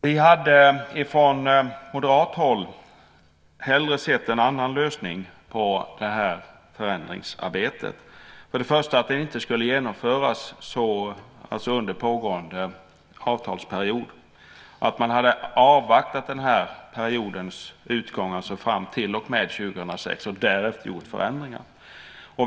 Vi hade från moderat håll hellre sett en annan lösning på det här förändringsarbetet, nämligen att det inte skulle genomföras under pågående avtalsperiod, att man hade avvaktat den här periodens utgång, alltså fram till och med 2006, och därefter gjort förändringar.